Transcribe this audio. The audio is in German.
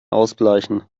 ausbleichen